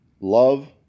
Love